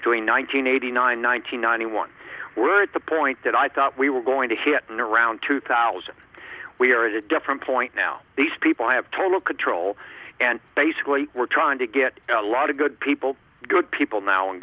hundred eighty nine one hundred ninety one we're at the point that i thought we were going to hit and around two thousand we're at a different point now these people have total control and basically we're trying to get a lot of good people good people now in